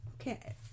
Okay